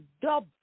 dub